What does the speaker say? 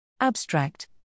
Abstract